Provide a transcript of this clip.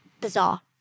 Bizarre